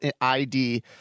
ID